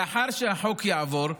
לאחר שהחוק יעבור,